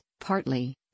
partly